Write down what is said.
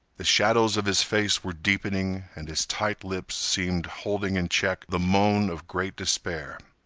the shadows of his face were deepening and his tight lips seemed holding in check the moan of great despair.